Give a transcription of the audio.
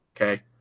Okay